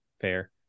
fair